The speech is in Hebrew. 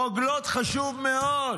רוגלות, חשוב מאוד,